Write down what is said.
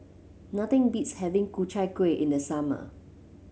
nothing beats having Ku Chai Kueh in the summer